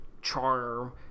Charm